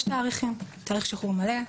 יש תאריכים: תאריך שחרור מלא,